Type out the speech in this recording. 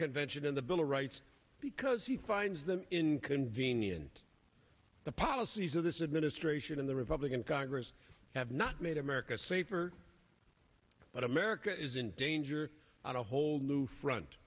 convention in the bill of rights because he finds them inconvenient the policies of this administration and the republican congress have not made america safer but america is in danger on a whole new front